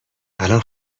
الان